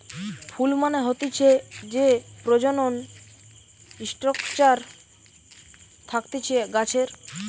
ফুল মানে হতিছে যে প্রজনন স্ট্রাকচার থাকতিছে গাছের